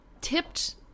tipped